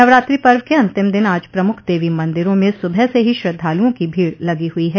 नवरात्रि पर्व क अंतिम दिन आज प्रमुख देवी मंदिरों में सुबह से ही श्रद्धालुओं की भीड़ लगी हुई है